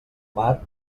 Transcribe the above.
mar